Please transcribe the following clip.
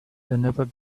never